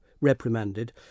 reprimanded